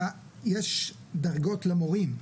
יש דרגות למורים.